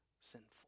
sinful